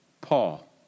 Paul